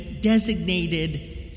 designated